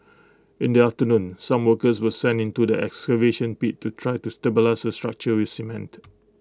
in the afternoon some workers were sent into the excavation pit to try to stabilise the structure with cement